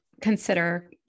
consider